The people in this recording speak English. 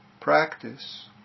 practice